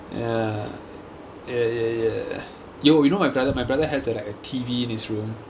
ya ya ya ya yo you know my brother my brother has a like a T_V in his room